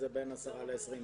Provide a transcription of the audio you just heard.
זה 20-10 תיקים.